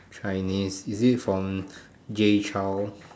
Chinese is it from Zhou Jie Lun